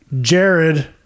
Jared